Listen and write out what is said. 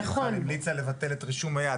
שהמליצה בכלל לבטל את רישום ה"יד",